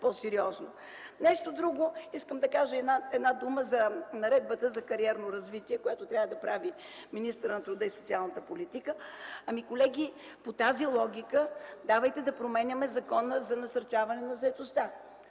по-сериозно. Искам да кажа няколко думи за Наредбата за кариерно развитие, която трябва да прави министърът на труда и социалната политика. Ами, колеги, по тази логика давайте да променяме Закона за насърчаване на заетостта,